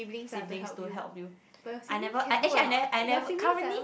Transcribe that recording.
siblings to help you I never actually I ne~ I never currently